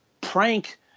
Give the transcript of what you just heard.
prank